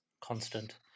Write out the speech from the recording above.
constant